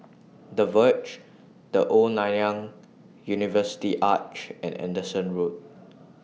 The Verge The Old Nanyang University Arch and Anderson Road